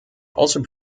also